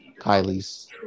Kylie's